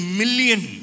million